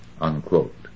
unquote